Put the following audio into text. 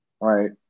right